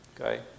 Okay